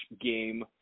game